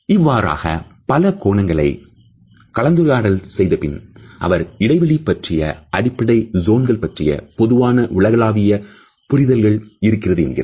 இவ்வாறாக பல கோணங்களை கலந்துரையாடல் செய்தபின் அவர் இடைவெளி பற்றியஅடிப்படை ஜோன்கள் பற்றிய பொதுவான உலகளாவிய புரிதல்கள் இருக்கிறது என்கிறார்